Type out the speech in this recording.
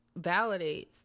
validates